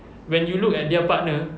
when you look at their partner